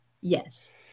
yes